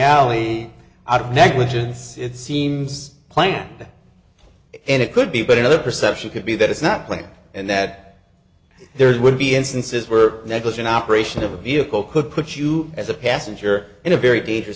alley out of negligence it seems planned and it could be but another perception could be that it's not planned and that there would be instances where negligent operation of a vehicle could put you as a passenger in a very dangerous